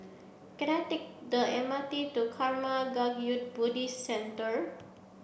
can I take the M R T to Karma Kagyud Buddhist Centre